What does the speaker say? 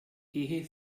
ehe